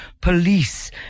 Police